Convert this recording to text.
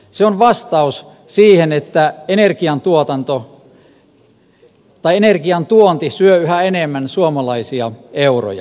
se on vastaus siihen että energian tuonti syö yhä enemmän suomalaisia euroja